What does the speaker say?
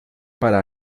para